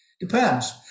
depends